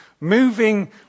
moving